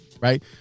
Right